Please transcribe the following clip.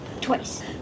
Twice